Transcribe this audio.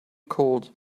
cold